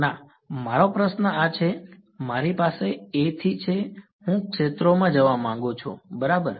ના મારો પ્રશ્ન આ છે મારી પાસે A થી છે હું ક્ષેત્રોમાં જવા માંગુ છું બરાબર